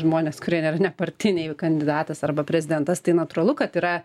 žmonės kurie yra nepartiniai kandidatas arba prezidentas tai natūralu kad yra